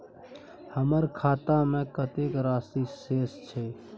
हमर खाता में कतेक राशि शेस छै?